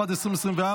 התשפ"ד 2024,